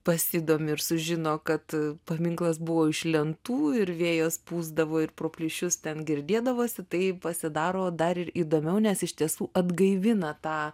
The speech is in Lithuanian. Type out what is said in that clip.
pasidomi ir sužino kad paminklas buvo iš lentų ir vėjas pūsdavo ir pro plyšius ten girdėdavosi tai pasidaro dar ir įdomiau nes iš tiesų atgaivina tą